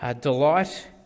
delight